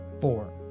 four